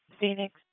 Phoenix